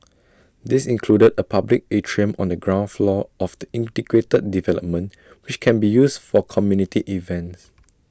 these included A public atrium on the ground floor of the integrated development which can be used for community events